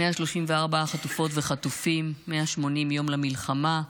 134 חטופות וחטופים, 180 יום למלחמה.